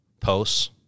posts